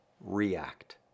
react